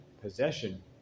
possession